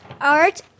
Art